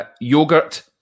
Yogurt